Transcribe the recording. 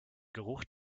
geruch